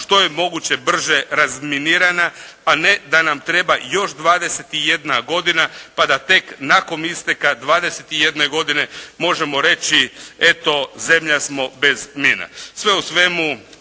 što je moguće brže razminirana, a ne da nam treba još 21 godina, pa da tek nakon isteka 21 godine možemo reći eto zemlja smo bez mina. Sve u svemu,